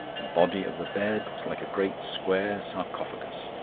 the body of the bed was like a great square sarcophagus.